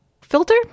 filter